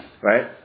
right